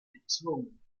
gezwungen